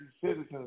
citizens